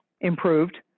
improved